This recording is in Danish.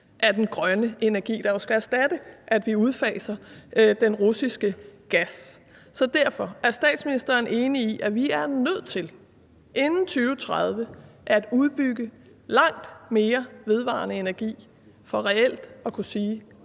af den grønne energi, der jo skal erstatte den russiske gas, som vi skal udfase. Så derfor: Er statsministeren enig i, at vi inden 2030 er nødt til at udbygge langt mere vedvarende energi for reelt at kunne sige,